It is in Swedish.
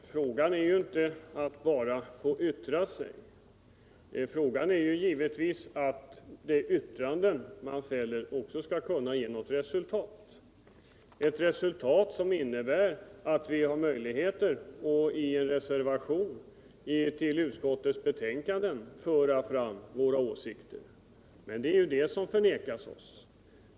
Herr talman! Frågan gäller ju inte bara om man får yttra sig. Det väsentliga är givetvis att de yttranden man fäller också skall kunna ge något resultat, ett resultat som innebär att man har möjlighet att i en reservation till utskottets betänkande föra fram sin åsikt. Det är ju det som förvägras oss.